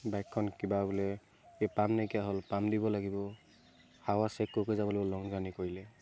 বাইকখন কিবা বোলে এই পাম নাইকিয়া হ'ল পাম দিব লাগিব হাৱা চেক কৰি যাব লাগিব লং জাৰ্ণি কৰিলে